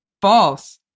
false